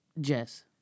Jess